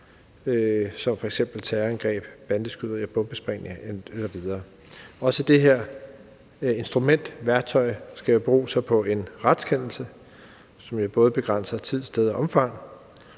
som f.eks. terrorangreb, bandeskyderier, bombesprængninger osv. Også det her instrument skal bero sig på en retskendelse, som både begrænser tid, sted og omfang,